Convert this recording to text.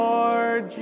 Lord